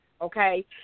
okay